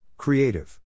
Creative